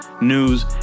news